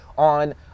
On